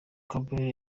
campbell